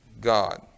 God